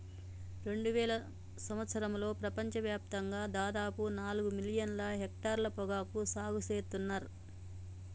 రెండువేల సంవత్సరంలో ప్రపంచ వ్యాప్తంగా దాదాపు నాలుగు మిలియన్ల హెక్టర్ల పొగాకు సాగు సేత్తున్నర్